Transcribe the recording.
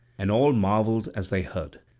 and all marvelled as they heard.